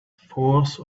force